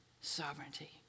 Sovereignty